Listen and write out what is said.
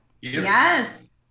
Yes